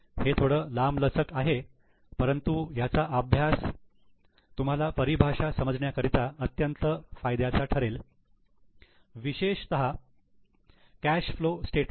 हे थोडं लांबलचक आहे परंतु याचा अभ्यास तुम्हाला परिभाषा समजण्या करिता अत्यंत फायद्याचा ठरेल विशेषतः कॅश फ्लो स्टेटमेंट